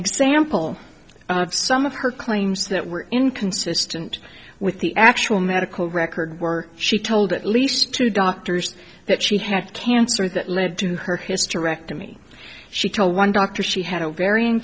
example of some of her claims that were inconsistent with the actual medical record where she told at least two doctors that she had cancer that led to her hysterectomy she told one doctor she had ovarian